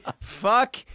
Fuck